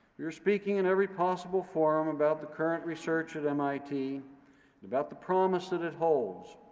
we are speaking in every possible forum about the current research at mit, and about the promise that it holds.